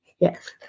Yes